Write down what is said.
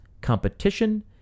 competition